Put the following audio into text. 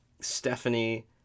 Stephanie